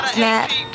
Snap